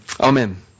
Amen